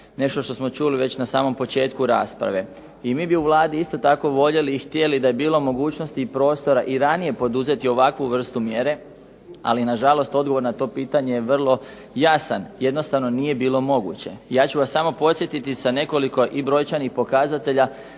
nešto što smo čuli već na samom početku rasprave. I mi bi u Vladi isto tako voljeli i htjeli da je bilo mogućnosti i prostora i ranije poduzeti ovakvu vrstu mjere, ali na žalost odgovor na to pitanje je vrlo jasan. Jednostavno nije bilo moguće. Ja ću vas samo podsjetiti sa nekoliko i brojčanih pokazatelja